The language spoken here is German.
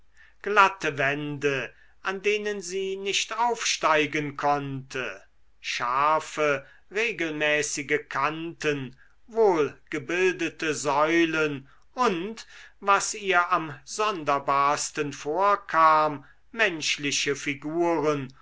glatte wände an denen sie nicht aufsteigen konnte scharfe regelmäßige kanten wohlgebildete säulen und was ihr am sonderbarsten vorkam menschliche figuren